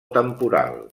temporal